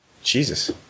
Jesus